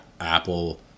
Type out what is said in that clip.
Apple